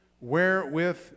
wherewith